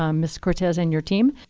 um miss cortez and your team.